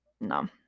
No